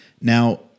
Now